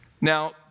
Now